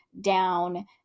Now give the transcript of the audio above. down